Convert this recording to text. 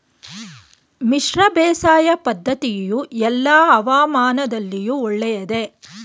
ಮಿಶ್ರ ಬೇಸಾಯ ಪದ್ದತಿಯು ಎಲ್ಲಾ ಹವಾಮಾನದಲ್ಲಿಯೂ ಒಳ್ಳೆಯದೇ?